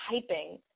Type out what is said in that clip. typing